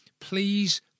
Please